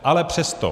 Ale přesto.